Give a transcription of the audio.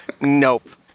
Nope